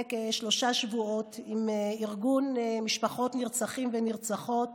כשלושה שבועות עם ארגון משפחות נרצחים ונרצחות